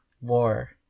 war